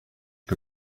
que